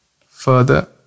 Further